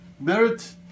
merit